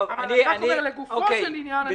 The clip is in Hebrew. אבל לגופו של עניין,